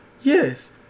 Yes